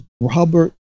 Robert